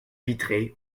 vitrée